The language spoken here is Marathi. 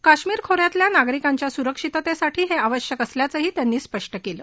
काश्मीर खो यातल्या नागरिकांच्या सुरक्षितेसाठी हे आवश्यक असल्याचंही त्यांनी स्पष्ट केलं